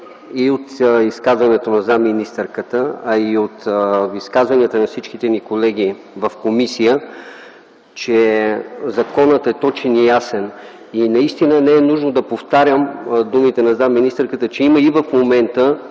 от изказването на заместник-министъра, а и от изказванията на всичките ни колеги в комисията, че законът е точен и ясен. Наистина не е нужно да повтарям думите на заместник-министъра, че и в момента